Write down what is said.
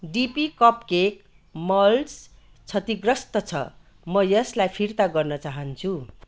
DP cupcake moulds क्षतिग्रस्त छ म यसलाई फिर्ता गर्न चाहन्छु